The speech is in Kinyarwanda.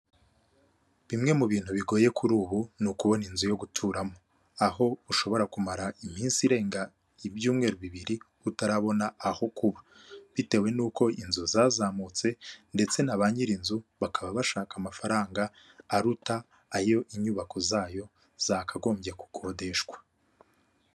Bimwe mu bintu bigoye kuri ubu ni ukubona inzu yo guturamo , aho ushobora kumara iminsi irenga ibyumweru bibiri utarabona aho kuba, bitewe nuko inzu zazamutse ndetse na ba nyiri inzu bakaba bashaka amafaranga aruta ayo inyubako zayo zakagombye gukodeshwa.